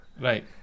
Right